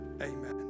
amen